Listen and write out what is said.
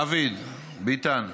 דוד, ביטן,